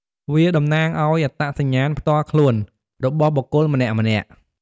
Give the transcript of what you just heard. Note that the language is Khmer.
វាតំណាងឲ្យ អត្តសញ្ញាណផ្ទាល់ខ្លួន របស់បុគ្គលម្នាក់ៗ។